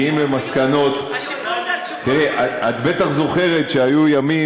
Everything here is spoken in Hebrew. את בטח זוכרת שהיו ימים